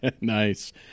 Nice